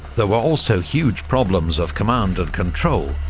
there were also huge problems of command and control,